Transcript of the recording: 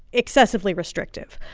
excessively restrictive.